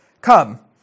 Come